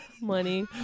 Money